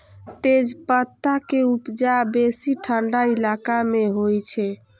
तेजपत्ता के उपजा बेसी ठंढा इलाका मे होइ छै